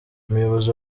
umuyobozi